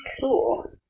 Cool